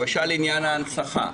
למשל עניין ההנצחה.